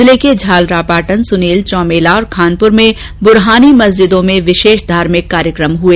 जिले के झालरापाटन सुनेल चौमहला और खानपुर में गुरहानी मस्जिदों में विशेष धार्मिक कार्यकम हुए